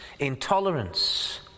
intolerance